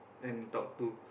and talk to